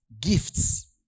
Gifts